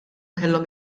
kellhom